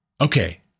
Okay